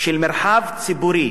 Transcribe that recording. של מרחב ציבורי